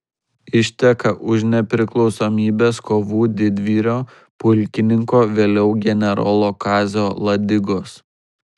išteka už nepriklausomybės kovų didvyrio pulkininko vėliau generolo kazio ladigos